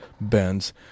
bands